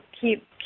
keep